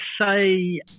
say